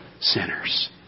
sinners